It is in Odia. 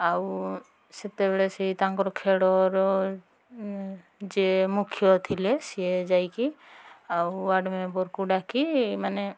ଆଉ ସେତବେଳେ ସେଇ ତାଙ୍କର ଖେଳର ଯିଏ ମୁଖ୍ୟ ଥିଲେ ସିଏ ଯାଇକି ଆଉ ୱାର୍ଡ଼୍ ମେମ୍ବର୍ଙ୍କୁ ଡାକି ମାନେ